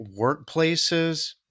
workplaces